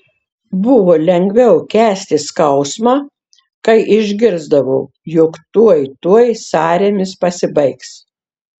buvo lengviau kęsti skausmą kai išgirsdavau jog tuoj tuoj sąrėmis pasibaigs